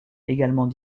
également